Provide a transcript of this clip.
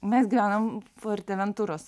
mes gyvenam purtė mentūros